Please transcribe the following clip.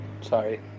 Sorry